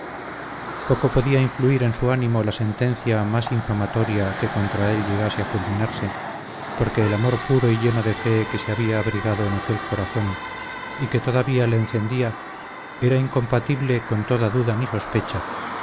poco podía influir en su ánimo la sentencia más infamatoria que contra él llegase a fulminarse porque el amor puro y lleno de fe que se había abrigado en aquel corazón y que todavía le encendía era incompatible con toda duda ni sospecha